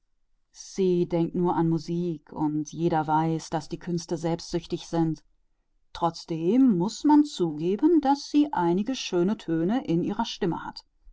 sie denkt vor allem an die musik und man weiß ja wie egoistisch die künste sind aber zugeben muß man sie hat einige schöne töne in ihrer stimme